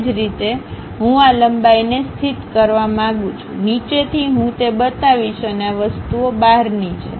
એ જ રીતે હું આ લંબાઈને સ્થિત કરવા માંગું છું નીચેથી હું તે બતાવીશ અને આ વસ્તુઓની બહારની છે